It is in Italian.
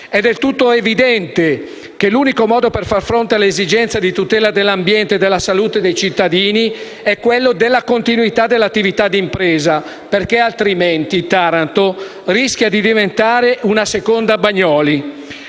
del tutto evidente che l'unico modo per far fronte all'esigenza di tutela dell'ambiente e della salute dei cittadini è la continuità dell'attività di impresa, perché altrimenti Taranto rischia di diventare una seconda Bagnoli.